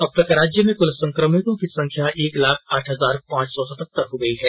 अब तक राज्य में कल संक्रमितों की संख्या एक लाख आठ हजार पांच सौ सतहतर हो गई है